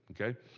okay